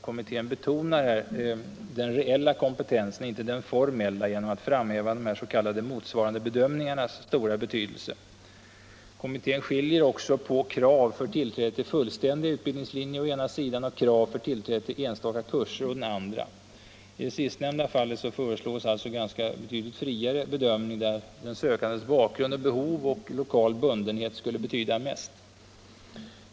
Kommittén betonar den reella kompetensen, inte den formella, genom att framhäva de s.k. motsvarandebedömningarnas stora betydelse. Kommittén skiljer också på krav för tillträde till fullständiga utbildningslinjer å ena sidan och krav för tillträde till enstaka kurser å den andra. I det sistnämnda fallet föreslås betydligt friare bedömning, där den sökandes bakgrund, behov och lokala bundenhet skulle betyda mest.